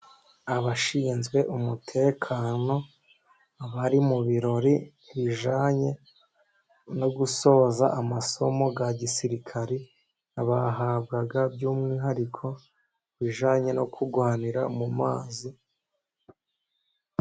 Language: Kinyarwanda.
Abashinzwe umutekano bari mu birori bijyanye no gusoza amasomo ya gisirikare, bahabwa by'umwihariko bijyanye no kurwanira mu mazi.